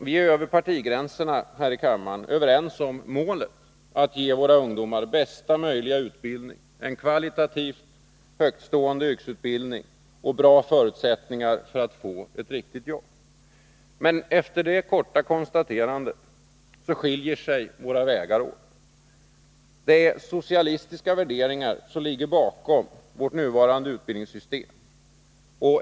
Vi är över partigränsen överens här i kammaren om målet att ge våra ungdomar bästa möjliga utbildning, en kvalitativt högtstående yrkesutbildning och bra förutsättningar att få ett riktigt jobb. Men efter detta korta konstaterande skiljer sig våra vägar åt. Det är socialistiska värderingar som ligger bakom vårt nuvarande utbildningssystem.